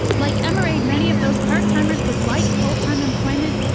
like emma raid, many of those part timers would like fulltime employment,